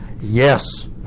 Yes